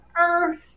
earth